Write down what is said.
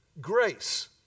grace